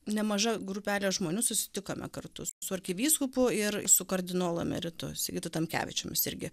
nemaža grupelė žmonių susitikome kartu su arkivyskupu ir su kardinolu emeritu sigitu tamkevičium jis irgi